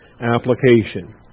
application